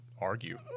argue